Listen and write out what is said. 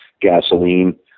gasoline